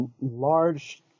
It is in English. large